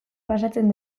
pasatzen